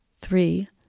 three